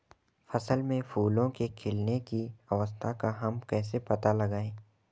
फसल में फूलों के खिलने की अवस्था का हम कैसे पता लगाएं?